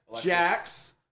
Jax